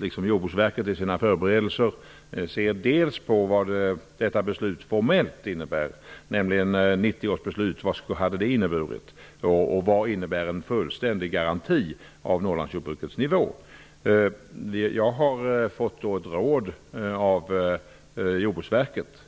Liksom Jordbruksverket gjorde i sitt förberedelsearbete ser vi i departementet bl.a. på vad detta beslut formellt innebär. Vad innebär en fullständig garanti för lönsamheten i jordbruket i norra Sverige? Jag har fått ett råd av Jordbruksverket